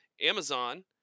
amazon